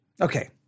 okay